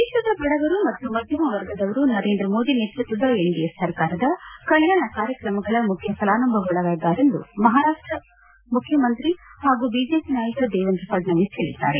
ದೇಶದ ಬಡವರು ಮತ್ತು ಮಧ್ಯಮ ವರ್ಗದವರು ನರೇಂದ್ರ ಮೋದಿ ನೇತೃತ್ವದ ಎನ್ಡಿಎ ಸರ್ಕಾರದ ಕಲ್ಯಾಣ ಕಾರ್ಯಕ್ರಮಗಳ ಮುಖ್ಯ ಫಲಾನುಭವಿಗಳಾಗಿದ್ದಾರೆ ಎಂದು ಮಹಾರಾಷ್ಟ ಮುಖ್ಯಮಂತ್ರಿ ಹಾಗೂ ಬಿಜೆಪಿ ನಾಯಕ ದೇವೇಂದ್ರ ಫಡ್ನವೀಸ್ ಹೇಳಿದ್ದಾರೆ